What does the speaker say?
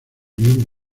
bien